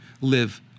live